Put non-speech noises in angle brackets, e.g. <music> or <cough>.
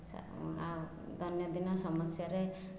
<unintelligible> ଦୈନଦିନ ସମସ୍ୟାରେ